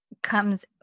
comes